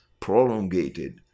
prolongated